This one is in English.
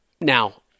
Now